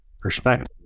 perspective